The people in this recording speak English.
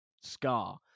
scar